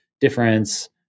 difference